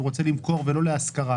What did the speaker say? הוא רוצה למכור ולא להשכרה.